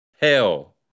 hell